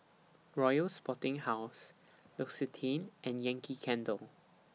Royal Sporting House L'Occitane and Yankee Candle